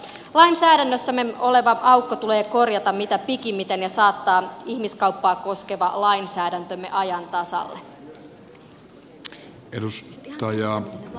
lainsäädännössämme oleva aukko tulee korjata mitä pikimmiten ja saattaa ihmiskauppaa koskeva lainsäädäntömme ajan tasalle